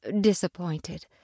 disappointed